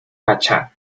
pachá